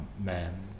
man